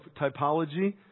typology